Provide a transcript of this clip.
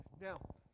Now